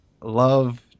love